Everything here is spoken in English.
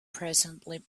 presently